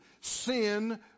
sin